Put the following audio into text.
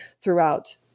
throughout